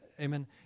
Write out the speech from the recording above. Amen